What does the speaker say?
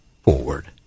forward